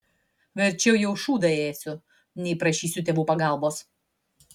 verčiau jau šūdą ėsiu nei prašysiu tėvų pagalbos